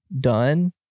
done